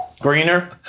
Greener